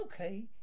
okay